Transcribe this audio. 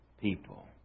people